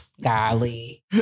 golly